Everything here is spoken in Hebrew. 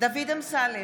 דוד אמסלם,